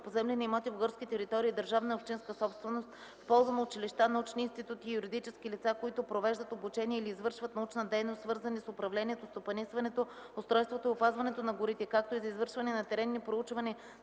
поземлени имоти в горски територии – държавна и общинска собственост, в полза на училища, научни институти и юридически лица, които провеждат обучение или извършват научна дейност, свързани с управлението, стопанисването, устройството и опазването на горите, както и за извършване на теренни проучвания